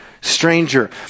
stranger